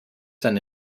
seine